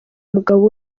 umugabo